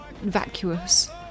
vacuous